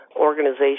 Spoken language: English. organization